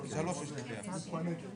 תרצו לרדת ל-80 מיליון, תרצו או לא תרצו